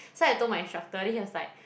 so I told my instructor then he was like